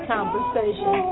Conversation